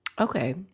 okay